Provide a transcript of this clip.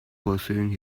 pursuing